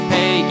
Hey